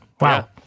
Wow